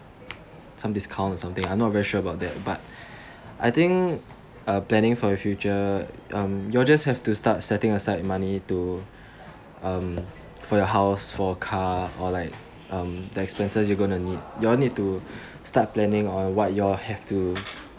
some discount or something I'm not very sure about that but I think uh planning for your future um you all just have to start setting aside money to um for your house for a car or like um the expenses you gonna need you all need to start planning on what you all have to